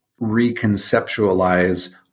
reconceptualize